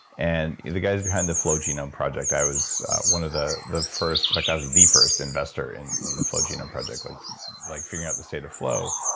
and the the guys behind the flow genome project, i was one of the the first, like i was the first investor in in flow genome project like like figuring out the state of flow.